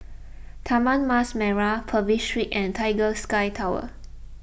Taman Mas Merah Purvis Street and Tiger Sky Tower